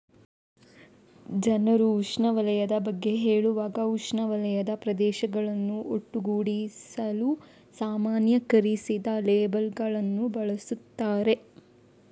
ಜನರು ಉಷ್ಣವಲಯದ ಬಗ್ಗೆ ಹೇಳುವಾಗ ಉಷ್ಣವಲಯದ ಪ್ರದೇಶಗಳನ್ನು ಒಟ್ಟುಗೂಡಿಸಲು ಸಾಮಾನ್ಯೀಕರಿಸಿದ ಲೇಬಲ್ ಗಳನ್ನು ಬಳಸುತ್ತಾರೆ